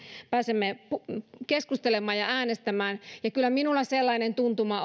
pääsemme keskustelemaan ja äänestämään kyllä minulla sellainen tuntuma